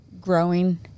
growing